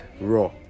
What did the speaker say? raw